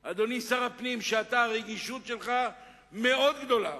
אדוני שר הפנים, והרגישות שלך מאוד גדולה,